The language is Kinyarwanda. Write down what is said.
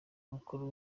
mukuru